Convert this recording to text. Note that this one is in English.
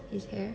his hair